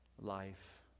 life